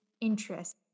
interest